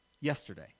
yesterday